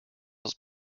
most